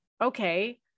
Okay